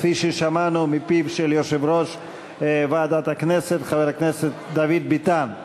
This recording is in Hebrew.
כפי ששמענו מפיו של יושב-ראש ועדת הכנסת חבר הכנסת דוד ביטן.